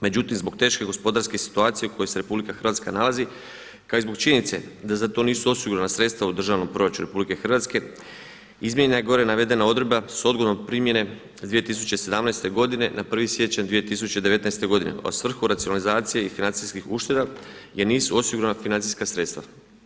Međutim, zbog teške gospodarske situacije u kojoj se RH nalazi kao i zbog činjenice da za to nisu osigurana sredstva u državnom proračunu RH, izmijenjena je gore navedena odredba s odgodom primjene iz 2017. godine na 1. siječanj 2019. godine u svrhu racionalizacije i financijskih ušteda jer nisu osigurana financijska sredstva.